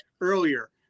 earlier